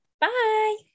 Bye